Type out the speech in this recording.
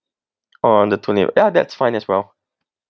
on the twentieth ya that's fine as well